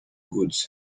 goods